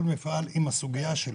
כל מפעל עם הסוגיה שלו.